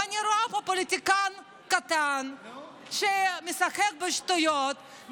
ואני רואה פה פוליטיקאי קטן שמשחק בשטויות.